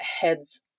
heads